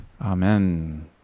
Amen